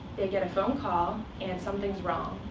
they get a phone call, and something's wrong.